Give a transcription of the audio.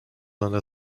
under